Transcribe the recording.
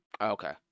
Okay